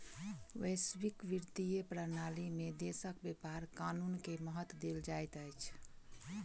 वैश्विक वित्तीय प्रणाली में देशक व्यापार कानून के महत्त्व देल जाइत अछि